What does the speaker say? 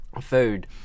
Food